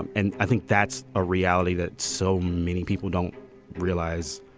and and i think that's a reality that so many people don't realize